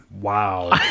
Wow